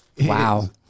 wow